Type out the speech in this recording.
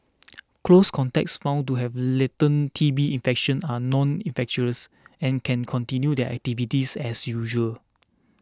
close contacts found to have latent T B infection are not infectious and can continue their activities as usual